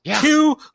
Two